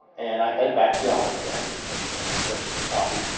and i head back to the omelet stand because, once again, i am desperate for coffee.